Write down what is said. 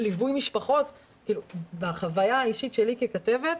ליווי משפחות בחוויה האישית שלי ככתבת,